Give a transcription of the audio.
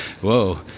whoa